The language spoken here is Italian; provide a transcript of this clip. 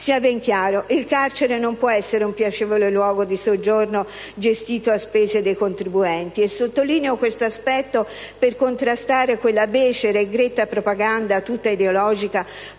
Sia ben chiaro: il carcere non può essere un piacevole luogo di soggiorno gestito a spese dei contribuenti. Sottolineo questo aspetto per contrastare quella becera e gretta propaganda - tutta ideologica